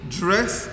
dress